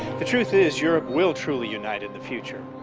the truth is europe will truly unite in the future.